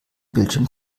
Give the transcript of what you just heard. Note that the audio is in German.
bildschirm